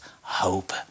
hope